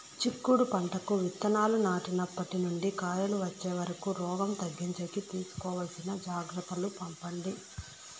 చిక్కుడు పంటకు విత్తనాలు నాటినప్పటి నుండి కాయలు వచ్చే వరకు రోగం తగ్గించేకి తీసుకోవాల్సిన జాగ్రత్తలు చెప్పండి?